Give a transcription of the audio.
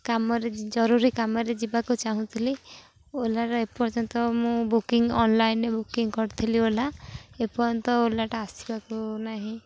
କାମରେ ଜରୁରୀ କାମରେ ଯିବାକୁ ଚାହୁଁଥିଲି ଓଲାର ଏପର୍ଯ୍ୟନ୍ତ ମୁଁ ବୁକିଂ ଅନ୍ଲାଇନ୍ରେ ବୁକିଂ କରିଥିଲି ଓଲା ଏପର୍ଯ୍ୟନ୍ତ ଓଲାଟା ଆସିବାକୁ ନାହିଁ